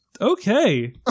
Okay